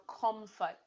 comfort